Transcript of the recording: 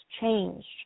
changed